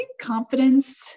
confidence